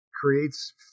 creates